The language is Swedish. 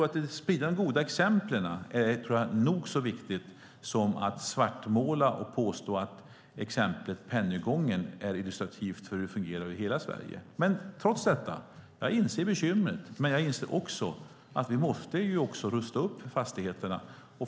Att sprida de goda exemplen är nog så viktigt som att svartmåla och påstå att exemplet Pennygången är illustrativt för hur det fungerar i hela Sverige. Trots detta inser jag bekymret, men jag inser också att vi måste rusta upp fastigheterna.